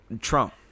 Trump